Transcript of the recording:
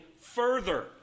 further